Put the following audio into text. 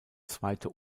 zweite